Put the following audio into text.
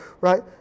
Right